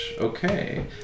okay